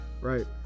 right